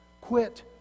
Quit